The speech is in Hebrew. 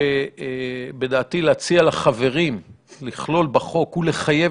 שבדעתי להציע לחברים לכלול בחוק ולחייב